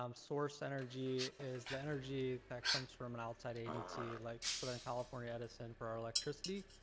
um source energy is the energy that comes from an outside agency, like southern california edison for our electricity,